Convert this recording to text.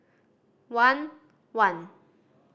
one one